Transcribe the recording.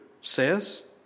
says